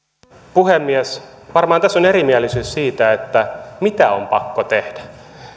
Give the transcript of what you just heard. puhemies varmaan tässä on erimielisyys siitä mitä on pakko tehdä